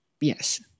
Yes